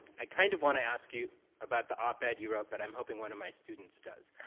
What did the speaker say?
i kind of wanna ask you about the op-ed you wrote, but i'm hoping one of my students does.